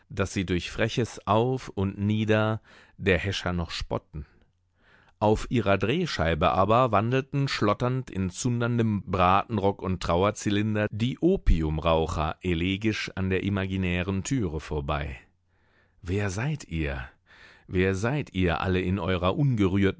daß sie durch freches auf und nieder der häscher noch spotten auf ihrer drehscheibe aber wandelten schlotternd in zunderndem bratenrock und trauerzylinder die opiumraucher elegisch an der imaginären türe vorbei wer seid ihr wer seid ihr alle in eurer ungerührten